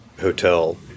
hotel